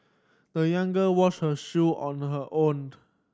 the young girl washed her shoe on her owned